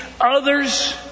others